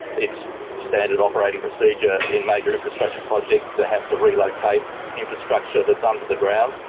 it's standard operating procedure in major infrastructure projects to have to relocate infrastructure that's under the ground,